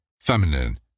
feminine